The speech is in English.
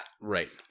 Right